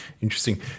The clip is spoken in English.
interesting